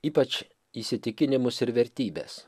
ypač įsitikinimus ir vertybes